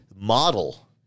model